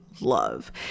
love